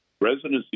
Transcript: Residency